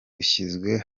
dushyize